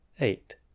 Eight